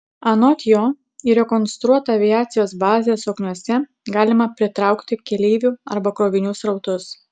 anot jo į rekonstruotą aviacijos bazę zokniuose galima pritraukti keleivių arba krovinių srautus